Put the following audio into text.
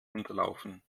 unterlaufen